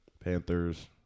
Panthers